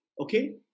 Okay